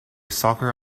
soccer